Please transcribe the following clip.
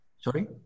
Sorry